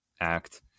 act